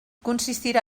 consistirà